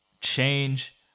change